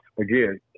again